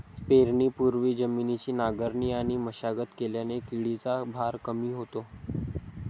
पेरणीपूर्वी जमिनीची नांगरणी आणि मशागत केल्याने किडीचा भार कमी होतो